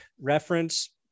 reference